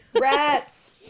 rats